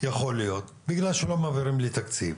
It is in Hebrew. יכול להיות שבגלל שלא מעבירים לי תקציב,